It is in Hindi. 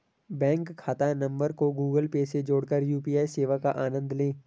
बैंक खाता नंबर को गूगल पे से जोड़कर यू.पी.आई सेवा का आनंद लें